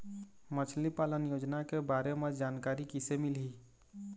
मछली पालन योजना के बारे म जानकारी किसे मिलही?